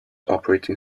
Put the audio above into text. operating